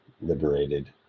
liberated